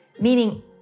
meaning